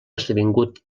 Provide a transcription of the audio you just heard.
esdevingut